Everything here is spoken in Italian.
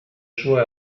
sue